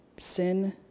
Sin